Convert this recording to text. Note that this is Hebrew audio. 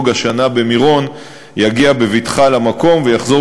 השנה במירון יגיע בבטחה למקום ויחזור,